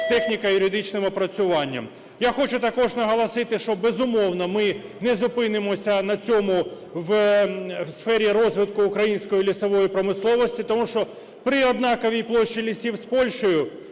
з техніко-юридичним опрацюванням. Я хочу також наголосити, що, безумовно, ми не зупинимося на цьому в сфері розвитку української лісової промисловості. Тому що при однаковій площі лісів з Польщею